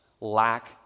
Lack